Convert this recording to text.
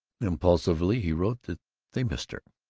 impulsively he wrote that they missed her,